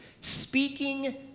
Speaking